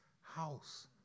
house